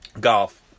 Golf